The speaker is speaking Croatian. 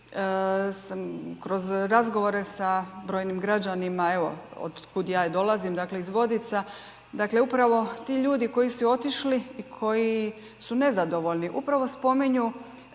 kroz razgovore sa brojnim građanima, od kuda ja i dolazim iz Vodica, dakle, upravo ti ljudi koji su otišli, koji su nezadovoljni, upravo spominju